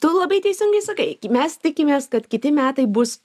tu labai teisingai sakai mes tikimės kad kiti metai bus